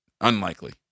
Unlikely